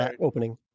opening